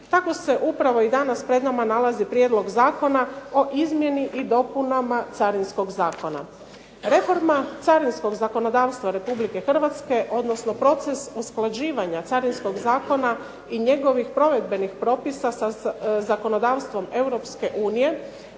Tako se upravo i danas pred nama nalazi prijedlog Zakona o izmjeni i dopunama Carinskog zakona. Reforma carinskog zakonodavstva RH, odnosno proces usklađivanja carinskog zakona i njegovih provedbenih propisa sa zakonodavstvom EU i